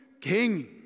king